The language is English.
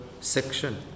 section